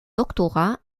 doctorat